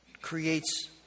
creates